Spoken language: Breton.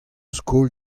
skol